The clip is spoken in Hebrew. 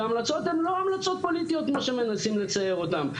והמלצות הן לא המלצות פוליטיות כמו שמנסים לצייר אותם,